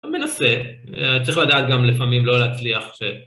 אני מנסה, צריך לדעת גם לפעמים לא להצליח.